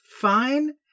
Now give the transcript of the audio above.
fine